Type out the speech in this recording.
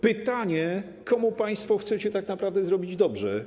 Pytanie: Komu państwo chcecie tak naprawdę zrobić dobrze?